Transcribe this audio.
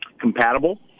compatible